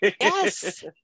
yes